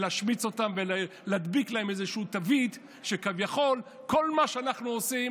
להשמיץ אותם ולהדביק להם איזושהי תווית שכביכול כל מה שאנחנו עושים,